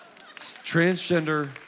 Transgender